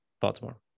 Baltimore